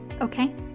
okay